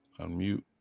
Unmute